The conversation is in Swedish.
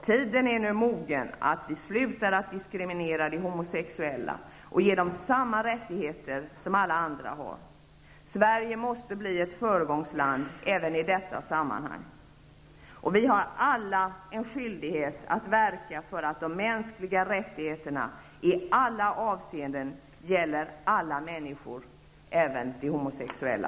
Tiden är nu mogen att sluta diskriminera de homosexuella, och ge dem samma rättigheter som alla andra har. Sverige måste bli ett föregångsland även i detta sammanhang. Vi har alla en skyldighet att verka för att de mänskliga rättigheterna i alla avseenden gäller alla människor, även de homosexuella.